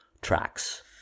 tracks